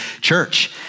church